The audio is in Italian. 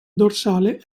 dorsale